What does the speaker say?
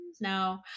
no